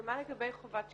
אבל מה לגבי חובת שקיפות?